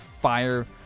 fire